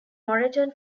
moreton